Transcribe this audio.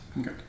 Okay